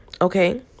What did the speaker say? okay